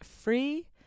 free